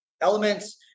elements